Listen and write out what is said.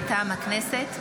מטעם הכנסת: